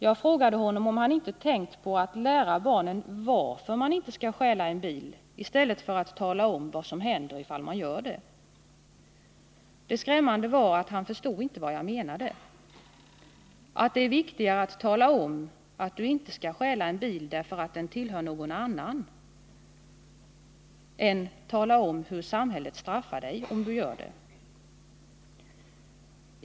Jag frågade honom, om han inte tänkt på att lära barnen varför man inte skall stjäla en bil i stället för att tala om vad som händer ifall man gör det. Det skrämmande var att han inte förstod vad jag menade — att det är viktigare att tala om att du inte skall stjäla en bil därför att den tillhör någon annan än att tala om hur samhället straffar dig om du gör det.